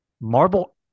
Marble